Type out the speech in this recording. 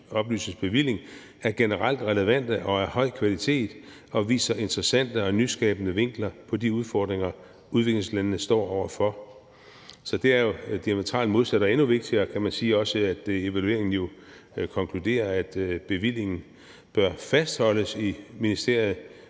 oplysningsbevilling er generelt relevante og af høj kvalitet, og viser interessante og nyskabende vinkler på de udfordringer, udviklingslandene står over for«. Så det er jo diametralt modsat. Og endnu vigtigere er det, kan man sige, at evalueringen jo også konkluderer følgende: »Oplysningsbevillingen bør fastholdes i Udenrigsministeriet